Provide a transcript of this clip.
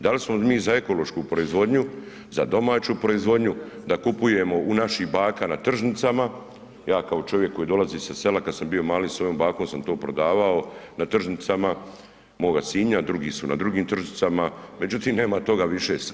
Da li smo mi za ekološku proizvodnju, za domaću proizvodnju, da kupujemo u naših baka na tržnicama, ja koji čovjek koji dolazi sa sela, sa svojom bakom sam to prodavao, na tržnicama moga Sinja, drugi su na drugim tržnicama, međutim nema toga više.